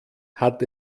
hat